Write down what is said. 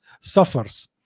suffers